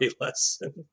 lesson